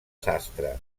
sastre